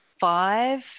five